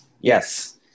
Yes